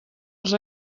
els